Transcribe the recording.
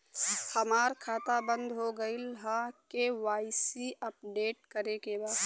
हमार खाता बंद हो गईल ह के.वाइ.सी अपडेट करे के बा?